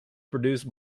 produced